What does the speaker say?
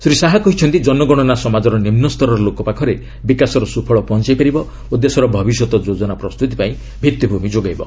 ଶ୍ରୀ ଶାହା କହିଛନ୍ତି ଜନଗଣନା ସମାଜର ନିମ୍ବସ୍ତରର ଲୋକ ପାଖରେ ବିକାଶର ସୁଫଳ ପହଞ୍ଚାଇପାରିବ ଓ ଦେଶର ଭବିଷ୍ୟତ ଯୋଜନା ପ୍ରସ୍ତୁତି ପାଇଁ ଭିତ୍ତିଭୂମି ଯୋଗାଇବ